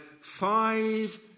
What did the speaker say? five